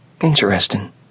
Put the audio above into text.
Interesting